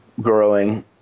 growing